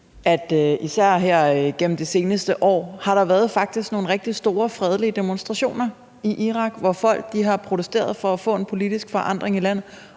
her gennem det seneste år faktisk har været nogle rigtig store fredelige demonstrationer i Irak, hvor folk har protesteret for at få en politisk forandring i landet,